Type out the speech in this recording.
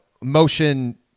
motion